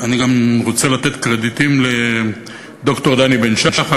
ואני גם רוצה לתת קרדיטים לד"ר דני בן-שחר,